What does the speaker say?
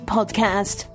Podcast